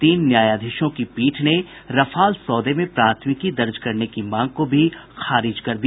तीन न्यायाधीशों की पीठ ने रफाल सौदे में प्राथमिकी दर्ज करने की मांग को भी खारिज कर दिया